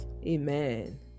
Amen